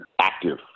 active